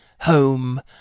home